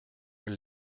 your